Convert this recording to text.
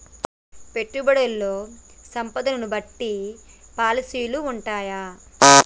పెట్టుబడుల్లో సంపదను బట్టి పాలసీలు ఉంటయా?